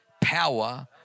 power